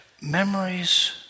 Memories